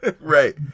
Right